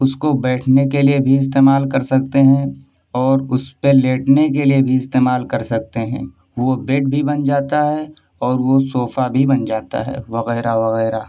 اس کو بیٹھنے کے لیے بھی استعمال کر سکتے ہیں اور اس پہ لیٹنے کے لیے بھی استعمال کر سکتے ہیں وہ بیڈ بھی بن جاتا ہے اور وہ صوفہ بھی بن جاتا ہے وغیرہ وغیرہ